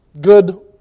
Good